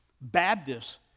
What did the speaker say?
Baptists